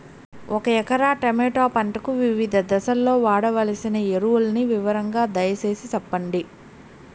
ఒక ఎకరా టమోటా పంటకు వివిధ దశల్లో వాడవలసిన ఎరువులని వివరంగా దయ సేసి చెప్పండి?